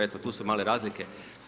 Eto tu su male razlike.